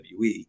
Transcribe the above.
WWE